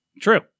True